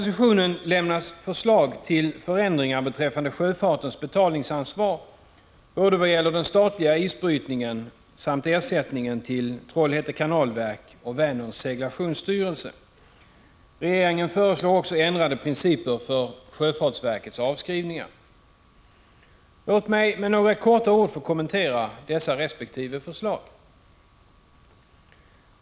7 maj 1986 betalningsansvar både vad gäller kostnaderna för den statliga isbrytningen MR och vad gäller ersättningen till Trollhätte Kanalverk och Vänerns seglations Sjöfart styrelse. Regeringen föreslår också ändrade principer för sjöfartsverkets avskrivningar. Låt mig med några få ord kommentera dessa resp. förslag.